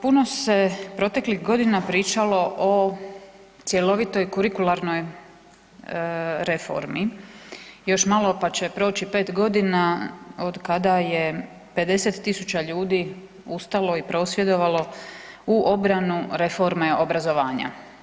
Puno se proteklih godina pričalo o cjelovitoj kurikularnoj reformi, još malo pa će proći pet godina od kada je 50.000 ljudi ustalo i prosvjedovalo u obranu reforme obrazovanja.